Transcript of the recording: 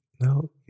No